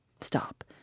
Stop